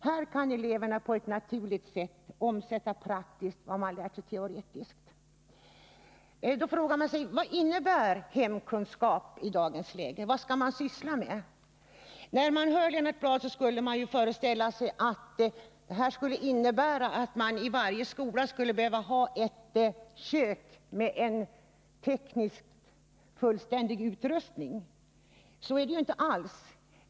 Här kan eleverna på ett naturligt sätt omsätta praktiskt vad de lärt teoretiskt. Vad innebär då hemkunskap i dagens läge? Vad skall man syssla med? När vi hör Lennart Bladh skulle vi kunna föreställa oss att ämnet innebär att man i varje skola behöver ha ett kök med fullständig teknisk utrustning. Så är det ju inte alls.